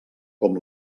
com